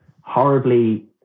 horribly